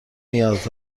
نیاز